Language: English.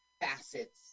facets